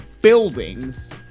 buildings